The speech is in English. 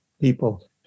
people